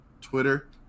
Twitter